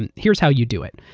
and here's how you do it.